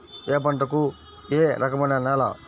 ఏ పంటకు ఏ రకమైన నేల?